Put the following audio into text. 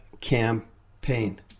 campaign